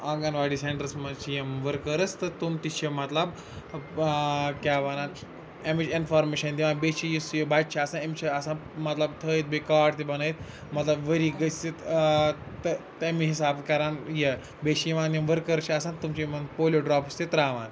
آنٛگَن واڈی سیٚنٹَرَس منٛز چھِ یِم ؤرکٲرٕس تہٕ تِم تہِ چھِ مطلب ٲں کیٛاہ وَنان اَمِچ اِنفارمیشَن دِوان بیٚیہِ چھِ یُس یہِ بَچہِ چھُ آسان أمِس چھِ آسان مطلب تھٲیِتھ بیٚیہِ کارڈ تہِ بَنٲیِتھ مطلب ؤری گٔژھِتھ ٲں تہٕ تَمے حِسابہٕ کَران یہِ بیٚیہِ چھِ یِوان یِم ؤرکٔر چھِ آسان تِم چھِ یِمَن پولیو ڈرٛاپٕس تہِ ترٛاوان